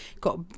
got